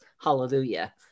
hallelujah